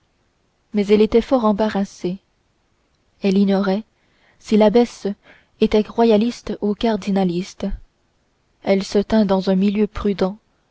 mais elle était fort embarrassée elle ignorait si l'abbesse était royaliste ou cardinaliste elle se tint dans un milieu prudent